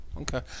Okay